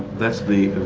that's the